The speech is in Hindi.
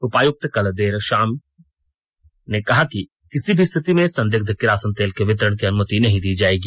उपायुक्त कल देर शाम कहा कि किसी भी स्थिति में संदिग्ध किरासन तेल के वितरण की अनुमति नहीं दी जाएगी